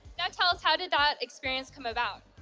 that tell us how did that experience come about?